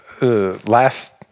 Last